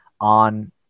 on